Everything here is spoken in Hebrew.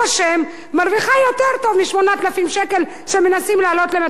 מרוויחה יותר טוב מ-8,000 שקל שמנסים להעלות להם את המע"מ עכשיו.